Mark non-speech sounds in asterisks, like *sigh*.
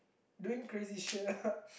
doing crazy shit ah *laughs*